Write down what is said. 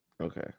Okay